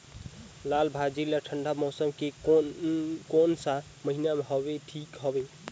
लालभाजी ला ठंडा मौसम के कोन सा महीन हवे ठीक हवे?